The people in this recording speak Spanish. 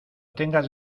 tengas